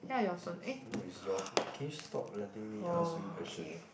as in no it's your turn can you stop letting me ask you questions